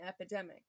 epidemic